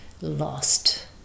lost